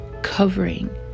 covering